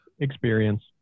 experience